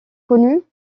connue